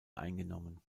eingenommen